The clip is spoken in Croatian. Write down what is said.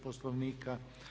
Poslovnika.